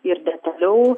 ir detaliau